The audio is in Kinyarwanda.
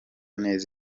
neza